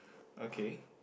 okay